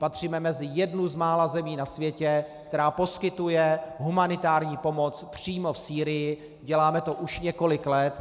Patříme mezi jednu z mála zemí na světě, která poskytuje humanitární pomoc přímo v Sýrii, děláme to už několik let.